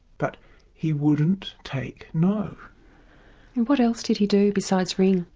but he wouldn't take no. and what else did he do besides ring?